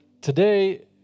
today